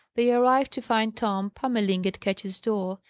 they arrived, to find tom pummelling at ketch's door.